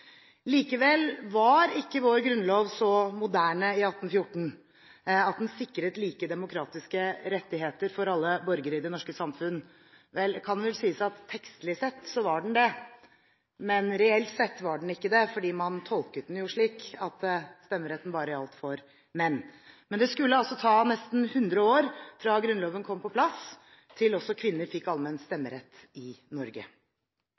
Likevel var ikke vår grunnlov så moderne i 1814 at den sikret like demokratiske rettigheter for alle borgere i det norske samfunn. Det kan vel sies at tekstlig sett, var den det, men reelt sett var den ikke det, for man tolket den jo slik at stemmeretten bare gjaldt for menn. Det skulle altså ta nesten 100 år fra Grunnloven kom på plass til også kvinner fikk allmenn stemmerett i Norge.